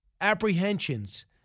apprehensions